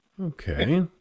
Okay